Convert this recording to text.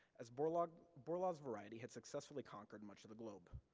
as borlaug's borlaug's variety had successfully conquered much of the globe.